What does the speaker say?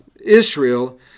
Israel